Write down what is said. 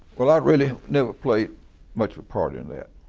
well, i really never played much a part in that.